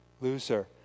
loser